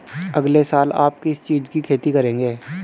अगले साल आप किस चीज की खेती करेंगे?